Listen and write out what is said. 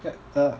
uh